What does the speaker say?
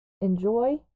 enjoy